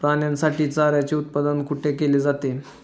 प्राण्यांसाठी चाऱ्याचे उत्पादन कुठे केले जाते?